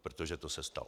Protože to se stalo.